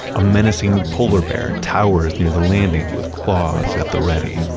a menacing polar bear towers near the landing with claws at the ready.